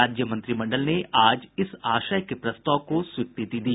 राज्य मंत्रिमंडल ने आज इस आशय के प्रस्ताव को स्वीकृति दे दी